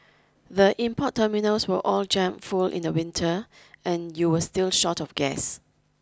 the import terminals were all jammed full in the winter and you were still short of gas